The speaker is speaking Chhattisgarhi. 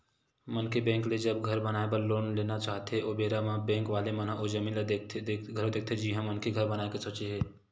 मनखे बेंक ले जब घर बनाए बर लोन लेना चाहथे ओ बेरा म बेंक वाले मन ओ जमीन ल घलो देखथे जिहाँ मनखे घर बनाए के सोचे हे